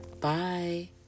Bye